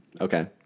okay